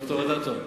ד"ר אדטו.